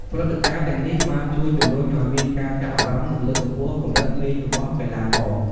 ព្រឹត្តិការណ៍ទាំងនេះបានជួយជំរុញឲ្យមានការចាប់អារម្មណ៍ និងលើកកម្ពស់កម្រិតលេងរបស់កីឡាករ។